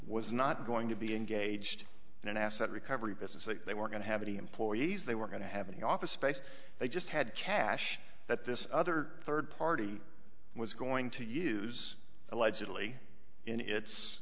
was not going to be engaged in an asset recovery business that they were going to have any employees they were going to have any office space they just had cash that this other third party was going to use allegedly i